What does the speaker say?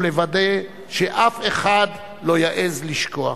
ולוודא שאף אחד לא יעז לשכוח.